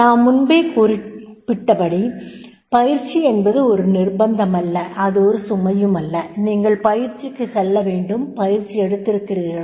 நான் முன்பே குறிப்பிட்டபடி பயிற்சி என்பது ஒரு நிர்ப்பந்தமல்ல அது ஒரு சுமையுமல்ல நீங்கள் பயிற்சிக்கு செல்ல வேண்டும் பயிற்சி எடுத்திருக்கிறீர்களா